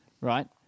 right